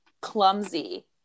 clumsy